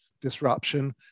disruption